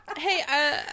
Hey